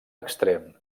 extrem